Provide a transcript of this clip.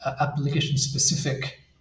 application-specific